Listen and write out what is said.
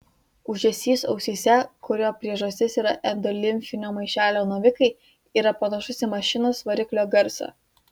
ūžesys ausyse kurio priežastis yra endolimfinio maišelio navikai yra panašus į mašinos variklio garsą